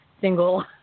single